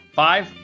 five